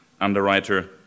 underwriter